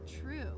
true